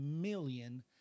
million